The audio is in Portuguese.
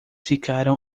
ficaram